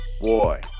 Boy